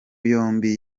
yombi